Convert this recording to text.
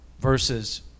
versus